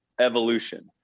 evolution